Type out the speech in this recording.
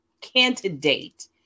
candidate